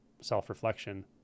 self-reflection